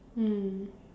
mm